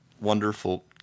wonderful